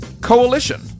Coalition